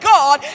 God